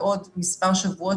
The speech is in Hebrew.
בעוד מספר שבועות,